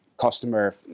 customer